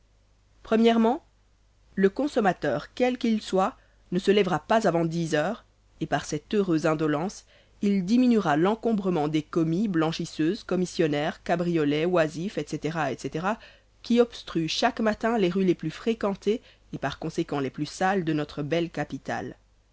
o le consommateur quel qu'il soit ne se lèvera pas avant heures et par cette heureuse indolence il diminuera l'encombrement des commis blanchisseuses commissionnaires cabriolets oisifs etc etc qui obstruent chaque matin les rues les plus fréquentées et par conséquent les plus sales de notre belle capitale